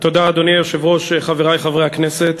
אדוני היושב-ראש, תודה, חברי חברי הכנסת,